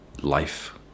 life